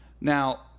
Now